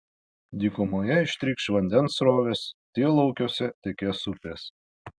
dykumoje ištrykš vandens srovės tyrlaukiuose tekės upės